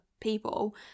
people